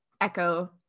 echo